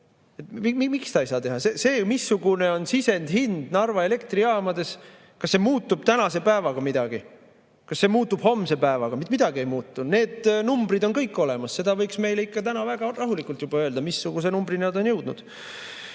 Miks ta ei saa teha? See, missugune on sisendhind Narva elektrijaamades – kas see muutub tänase päevaga või kas see muutub homse päevaga? Mitte midagi ei muutu. Need numbrid on kõik olemas. Seda võiks meile ikka väga rahulikult öelda, missuguse numbrini nad